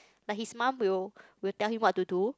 like his mum will will tell him what to do